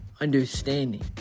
understanding